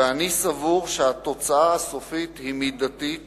ואני סבור שהתוצאה הסופית היא מידתית